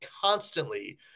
constantly